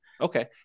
Okay